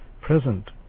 present